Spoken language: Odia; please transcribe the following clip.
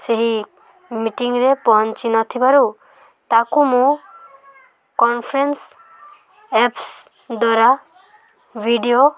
ସେହି ମିଟିଂରେ ପହଞ୍ଚିନ ଥିବାରୁ ତା'କୁ ମୁଁ କନଫରେନ୍ସ ଆପ୍ସ ଦ୍ୱାରା ଭିଡ଼ିଓ